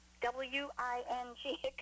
W-I-N-G